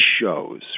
shows